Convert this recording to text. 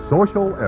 Social